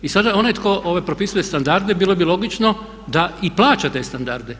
I sada onaj tko propisuje standarde bilo bi logično da i plaća te standarde.